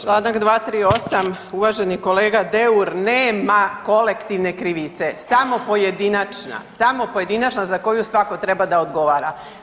Čl. 238., uvaženi kolega Deur nema kolektivne krivice samo pojedinačna, samo pojedinačna za koju svako treba da odgovara.